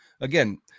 again